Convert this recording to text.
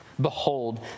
Behold